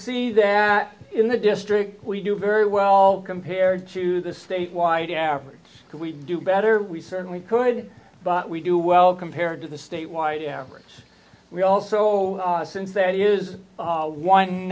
see that in the district we do very well compared to the statewide average that we do better we certainly could but we do well compared to the statewide average we also since that is